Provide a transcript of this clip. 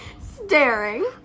staring